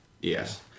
Yes